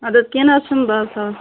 اَدٕ حَظ کینٛہہ نہ حَظ چھُنہٕ بہٕ حَظ تھوٕ